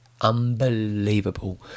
unbelievable